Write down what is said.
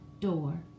door